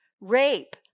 rape